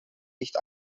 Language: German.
nicht